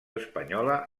espanyola